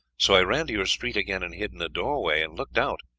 so i ran to your street again and hid in a doorway and looked out.